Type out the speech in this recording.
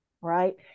Right